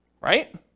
right